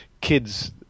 kids